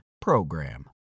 PROGRAM